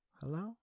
Hello